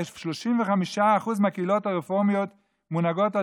35% מהקהילות הרפורמיות מונהגות על